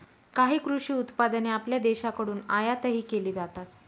काही कृषी उत्पादने आपल्या देशाकडून आयातही केली जातात